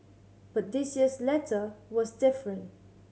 but this year's letter was different